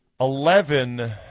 Eleven